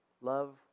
Love